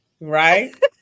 Right